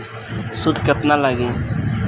सूद केतना लागी?